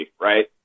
right